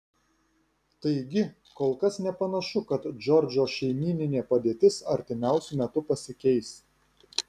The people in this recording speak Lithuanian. taigi kol kas nepanašu kad džordžo šeimyninė padėtis artimiausiu metu pasikeis